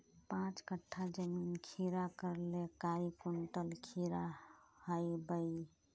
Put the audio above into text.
पाँच कट्ठा जमीन खीरा करले काई कुंटल खीरा हाँ बई?